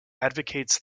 advocates